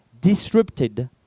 disrupted